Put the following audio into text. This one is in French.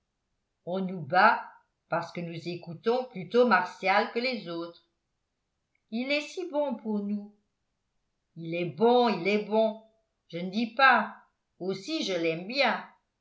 on nous bat parce que nous écoutons plutôt martial que les autres il est si bon pour nous il est bon il est bon je ne dis pas aussi je l'aime bien